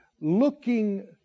looking